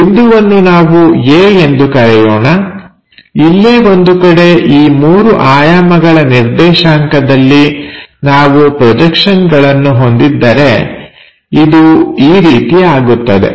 ಈ ಬಿಂದುವನ್ನು ನಾವು A ಎಂದು ಕರೆಯೋಣ ಇಲ್ಲೇ ಒಂದು ಕಡೆ ಈ ಮೂರು ಆಯಾಮಗಳ ನಿರ್ದೇಶಾಂಕದಲ್ಲಿ ನಾವು ಪ್ರೊಜೆಕ್ಷನ್ಗಳನ್ನು ಹೊಂದಿದ್ದರೆ ಇದು ಈ ರೀತಿ ಆಗುತ್ತದೆ